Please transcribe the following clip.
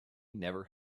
never